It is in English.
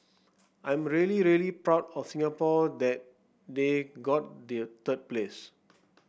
I'm really really proud of Singapore that they got the third place